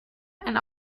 ein